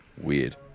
Weird